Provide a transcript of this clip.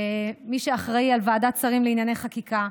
מי שאחראי לוועדת שרים לענייני חקיקה,